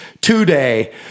today